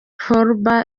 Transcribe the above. forbes